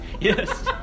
Yes